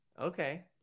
Okay